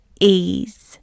ease